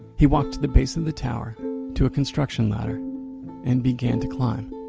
he walks the base of the tower to a construction ladder and begin to climb.